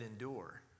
endure